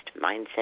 mindset